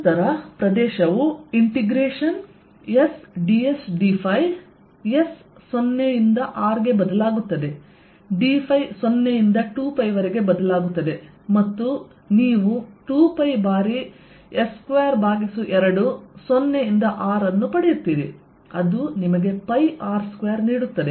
ನಂತರ ಪ್ರದೇಶವು integration S ds dϕ S 0 ರಿಂದ r ಗೆ ಬದಲಾಗುತ್ತದೆ dϕ 0 ರಿಂದ 2π ವರೆಗೆ ಬದಲಾಗುತ್ತದೆ ಮತ್ತು ನೀವು 2π ಬಾರಿ s22 0 ರಿಂದ R ಅನ್ನು ಪಡೆಯುತ್ತೀರಿ ಅದು ನಿಮಗೆ R2 ನೀಡುತ್ತದೆ